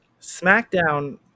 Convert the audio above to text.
SmackDown